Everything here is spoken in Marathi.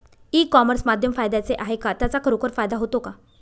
ई कॉमर्स माध्यम फायद्याचे आहे का? त्याचा खरोखर फायदा होतो का?